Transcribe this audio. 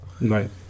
Right